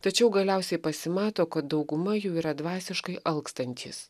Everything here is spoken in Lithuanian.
tačiau galiausiai pasimato kad dauguma jų yra dvasiškai alkstantys